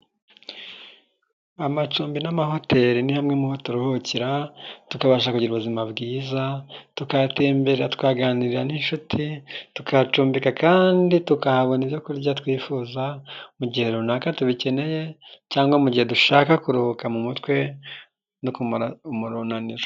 Amacumbi n'amahoteli ni hamwe mu ho turuhukira. Tukabasha kugira ubuzima bwiza, tukahatembera, tukahaganira n'inshuti. Tukahacumbika kandi tukahabona ibyo kurya twifuza, mu gihe runaka tubikeneye cyangwa mu gihe dushaka kuruhuka mu mutwe no kumara umunaniro.